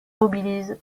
mobilise